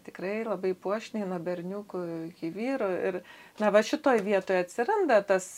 tikrai labai puošniai nuo berniukų iki vyrų ir na va šitoj vietoj atsiranda tas